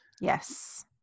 Yes